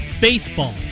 baseball